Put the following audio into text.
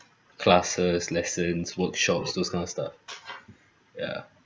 classes lessons workshops those kind of stuff ya